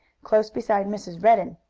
close beside mrs. redden.